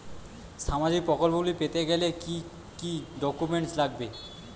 সামাজিক প্রকল্পগুলি পেতে গেলে কি কি ডকুমেন্টস লাগবে?